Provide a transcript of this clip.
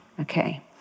okay